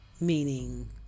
meaning